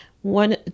One